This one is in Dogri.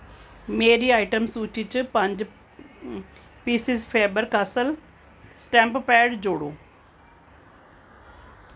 मेरी आइटम सूची च पंज P C Faber Castell stamp pad जोड़ो